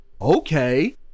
Okay